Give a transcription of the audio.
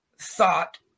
thought